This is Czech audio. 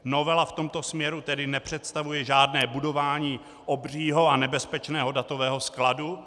Novela v tomto směru tedy nepředstavuje žádné budování obřího a nebezpečného datového skladu.